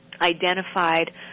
identified